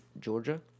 Georgia